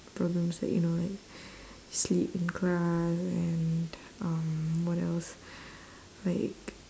problems like you know like sleep in class and um what else like